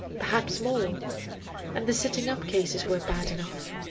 perhaps more and the sitting-up cases were bad enough.